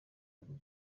aba